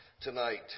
tonight